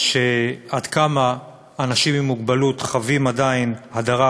עד כמה אנשים עם מוגבלות חווים עדיין הדרה